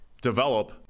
develop